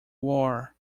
war